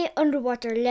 underwater